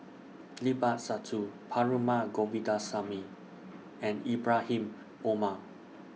Sabtu Perumal Govindaswamy and Ibrahim Omar